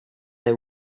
they